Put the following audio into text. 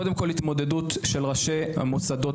קודם כול, התמודדות של ראשי המוסדות.